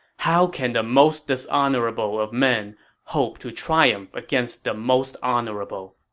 how can the most dishonorable of men hope to triumph against the most honorable?